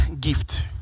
gift